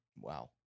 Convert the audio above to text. Wow